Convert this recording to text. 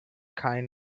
kein